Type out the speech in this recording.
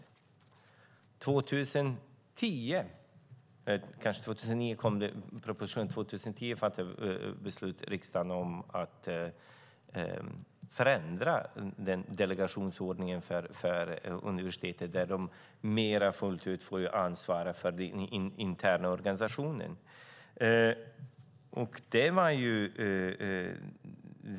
År 2009 kom det en proposition, och 2010 fattade riksdagen beslut om att förändra delegationsordningen för universitet, där de mer fullt ut får ansvara för den interna organisationen.